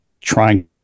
trying